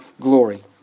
glory